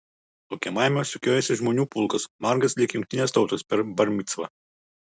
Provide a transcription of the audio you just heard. laukiamajame sukiojosi žmonių pulkas margas lyg jungtinės tautos per bar micvą